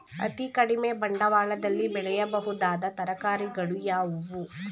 ಅತೀ ಕಡಿಮೆ ಬಂಡವಾಳದಲ್ಲಿ ಬೆಳೆಯಬಹುದಾದ ತರಕಾರಿಗಳು ಯಾವುವು?